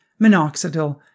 minoxidil